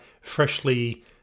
freshly